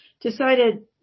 decided